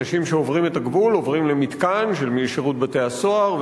אנשים שעוברים את הגבול עוברים למתקן של שירות בתי-הסוהר,